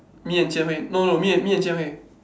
me and Jian-Hui no no me and me and Jian-Hui